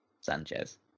Sanchez